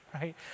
right